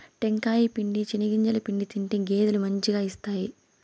టెంకాయ పిండి, చెనిగింజల పిండి తింటే గేదెలు మంచిగా ఇస్తాయి